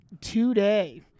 today